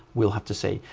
we'll have to see.